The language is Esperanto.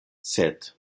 sed